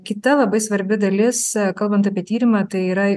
kita labai svarbi dalis kalbant apie tyrimą tai yra